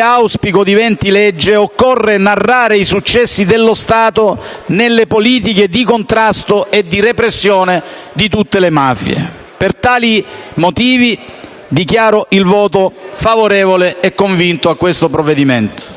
auspico diventi legge a breve, occorre narrare i «successi dello Stato nelle politiche di contrasto e di repressione di tutte le mafie». Per tali motivi, dichiaro il voto favorevole e convinto al provvedimento